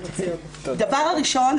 הדבר הראשון,